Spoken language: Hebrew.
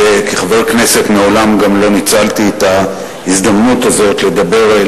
כחבר כנסת מעולם לא ניצלתי את ההזדמנות הזו לדבר,